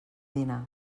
dinar